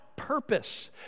Purpose